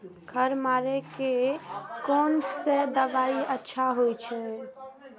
खर मारे के कोन से दवाई अच्छा होय छे?